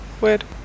Weird